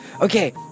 okay